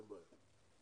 אין בעיה.